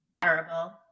terrible